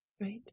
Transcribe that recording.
right